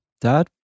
dad